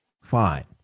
Fine